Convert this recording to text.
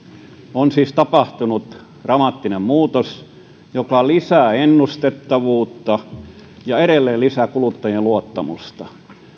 on siis tapahtunut dramaattinen muutos joka lisää ennustettavuutta ja edelleen lisää kuluttajien luottamusta